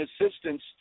assistance